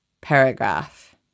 paragraph